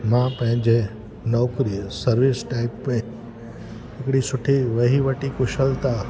मां पंहिंजे नौकिरी सर्विस टाइप में हिकिड़ी सुठी वेही वठी कुशलता